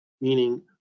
meaning